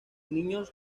niños